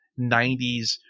90s